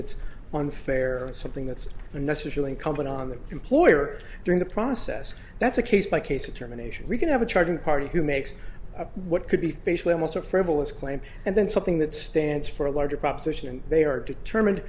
that's unfair and something that's a message to incumbent on the employer during the process that's a case by case of terminations we can have a charging party who makes what could be facially almost a frivolous claim and then something that stands for a larger proposition and they are determined